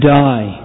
die